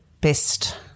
best